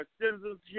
citizenship